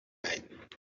night